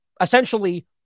essentially